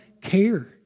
care